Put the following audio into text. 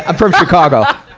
ah from chicago.